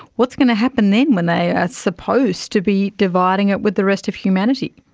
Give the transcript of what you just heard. what's going to happen then when they are supposed to be dividing it with the rest of humanity?